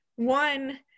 One